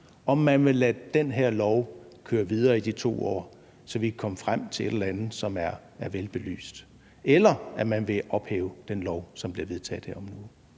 kun kan stige 4 pct., køre videre i de 2 år, så vi kan komme frem til et eller andet, som er velbelyst, eller om man vil ophæve den lov, som bliver vedtaget her om en